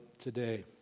today